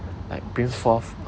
like bring forth